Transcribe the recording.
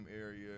area